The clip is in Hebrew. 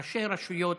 ראשי רשויות,